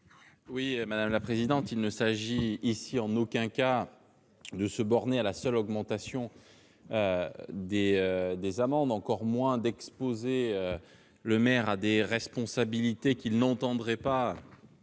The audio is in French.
Oui, madame la présidente, il ne s'agit ici en aucun cas ne se borner à la seule augmentation des des amendes, encore moins d'exposer le maire a des responsabilités qu'il n'entendrait pas